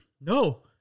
No